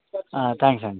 thanks అండి